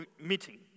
meeting